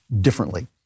differently